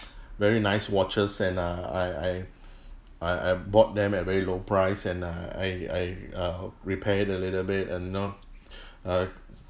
very nice watches and uh I I I I bought them at very low price and err I I uh repair it a little bit and you know uh